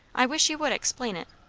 i wish you would explain it.